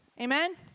Amen